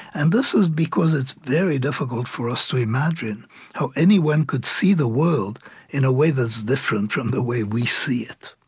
and this is because it's very difficult for us to imagine how anyone could see the world in a way that's different from the way we see it.